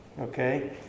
Okay